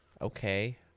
Okay